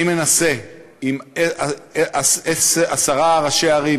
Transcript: אני מנסה עם עשרה ראשי ערים